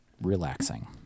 relaxing